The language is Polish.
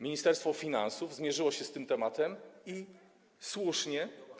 Ministerstwo Finansów zmierzyło się z tym tematem - i słusznie.